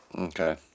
Okay